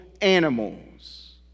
animals